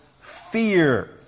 fear